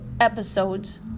episodes